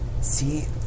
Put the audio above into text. See